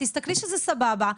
תסתכלי שזה סבבה,